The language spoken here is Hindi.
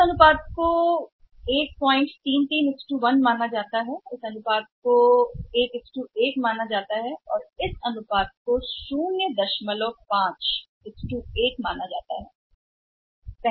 इस अनुपात को 133 1 माना जाता है इस अनुपात को 1 1 माना जाता है और इस अनुपात को 05 1 माना जाता है सही